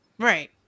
Right